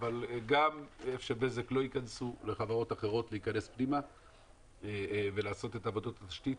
וגם שבזק לא ימנעו מחברות אחרות להיכנס פנימה ולעשות את עבודות התשתית,